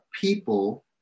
people